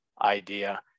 idea